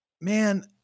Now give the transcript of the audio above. man